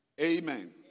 Amen